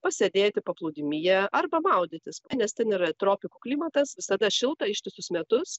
pasėdėti paplūdimyje arba maudytis nes ten yra tropikų klimatas visada šilta ištisus metus